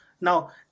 Now